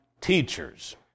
teachers